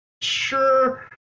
sure